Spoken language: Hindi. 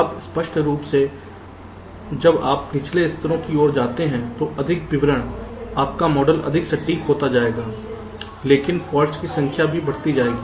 अब स्पष्ट रूप से जब आप निचले स्तरों की ओर जाते हैं तो अधिक विवरण आपका मॉडल अधिक सटीक हो जाएगा लेकिन फॉल्ट्स की संख्या भी बढ़ सकती है